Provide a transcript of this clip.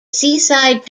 seaside